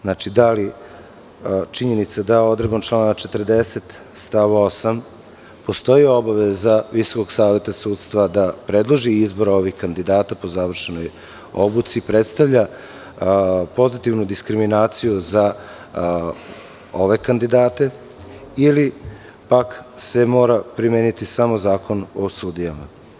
Znači, da li činjenica da odredbom člana 40. stav 8. postoji obaveza Visokog saveta sudstva da predloži izbor ovih kandidata po završenoj obuci predstavlja pozitivnu diskriminaciju za ove kandidate ili pak se mora primeniti samo Zakon o sudijama?